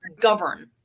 govern